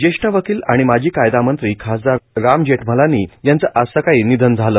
ज्येष्ठ वकील आणि माजी कायदामंत्री खासदार राम जेठमलानी यांचं आज सकाळी निधन झालं